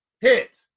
hit